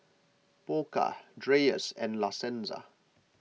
Pokka Dreyers and La Senza